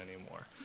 anymore